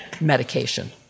medication